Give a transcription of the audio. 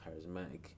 charismatic